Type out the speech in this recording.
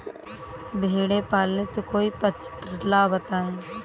भेड़े पालने से कोई पक्षाला बताएं?